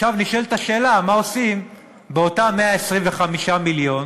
עכשיו נשאלת השאלה: מה עושים באותם 125 מיליון